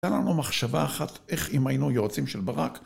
היתה לנו מחשבה אחת, איך אם היינו יועצים של ברק